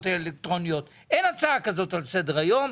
אלקטרוניות אבל אין הצעה כזאת על סדר היום.